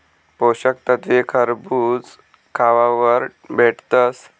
पोषक तत्वे खरबूज खावावर भेटतस